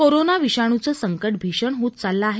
corona विषाणूचं संकट भीषण होत चाललं आहे